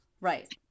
Right